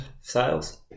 sales